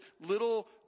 little